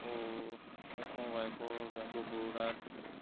অ next মই ৱাইফৰ bank of বৰোডাত